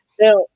Now